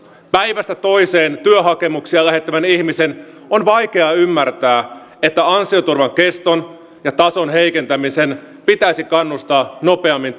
päivästä toiseen työhakemuksia lähettävän ihmisen on vaikea ymmärtää että ansioturvan keston ja tason heikentämisen pitäisi kannustaa nopeammin